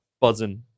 buzzing